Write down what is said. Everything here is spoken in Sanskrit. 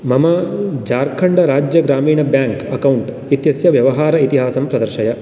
मम जार्खण्ड् राज्य ग्रामिण ब्याङ्क् अकौण्ट् इत्यस्य व्यवहार इतिहासं प्रदर्शय